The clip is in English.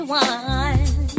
one